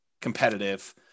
competitive